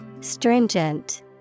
Stringent